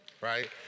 right